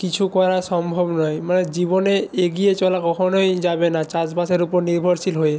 কিছু করা সম্ভব নয় মানে জীবনে এগিয়ে চলা কখনোই যাবে না চাষবাসের উপর নির্ভরশীল হয়ে